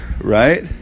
right